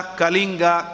Kalinga